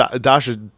Dasha